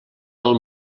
del